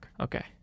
Okay